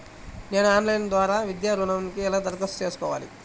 నేను ఆన్లైన్ ద్వారా విద్యా ఋణంకి ఎలా దరఖాస్తు చేసుకోవాలి?